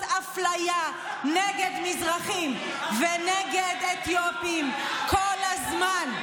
אפליה נגד מזרחים ונגד אתיופים כל הזמן.